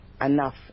enough